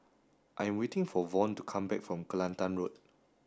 I am waiting for Von to come back from Kelantan Road